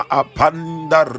apanda